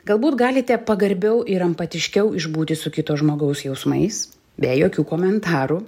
galbūt galite pagarbiau ir empatiškiau išbūti su kito žmogaus jausmais be jokių komentarų